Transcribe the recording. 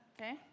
Okay